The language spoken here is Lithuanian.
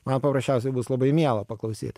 man paprasčiausiai bus labai miela paklausyti